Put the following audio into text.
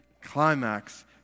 climax